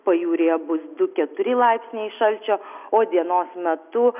pajūryje bus du keturi laipsniai šalčio o dienos metu